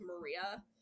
Maria